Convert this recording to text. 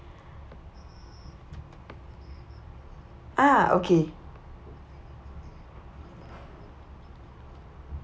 ah okay